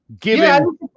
given